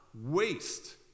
waste